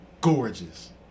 Gorgeous